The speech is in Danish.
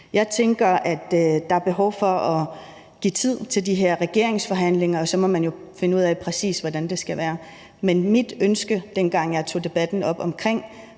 Jeg tænker, at der er behov for at give tid til de her regeringsforhandlinger, og så må man jo finde ud af, præcis hvordan det skal være. Men mit ønske, dengang jeg tog debatten op omkring